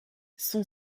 son